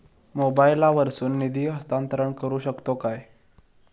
मोबाईला वर्सून निधी हस्तांतरण करू शकतो काय?